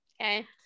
okay